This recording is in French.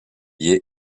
les